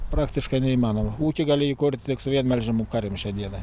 praktiškai neįmanoma ūkį gali įkurt tik su vien melžiamom karvėm šiai dienai